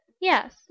yes